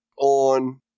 on